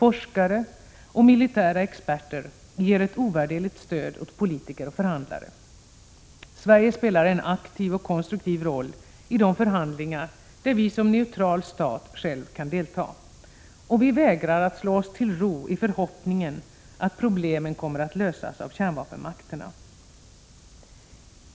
Forskare och militära experter ger ett ovärderligt stöd åt politiker och förhandlare. Sverige spelar en aktiv och konstruktiv roll i de förhandlingar där vi som neutral stat själva kan delta. Och vi vägrar att slå oss till ro i förhoppningen att problemen kommer att lösas av kärnvapenmakterna.